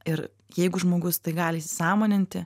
ir jeigu žmogus tai gali įsisąmoninti